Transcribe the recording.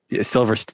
silver